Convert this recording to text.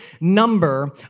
number